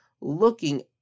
looking